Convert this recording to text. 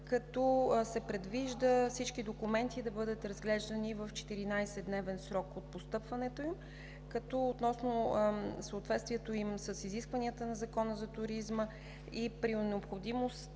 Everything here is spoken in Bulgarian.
се предвижда всички документи да бъдат разглеждани в 14-дневен срок от постъпването им, като относно съответствието им с изискванията на Закона за туризма и при необходимост,